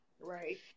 Right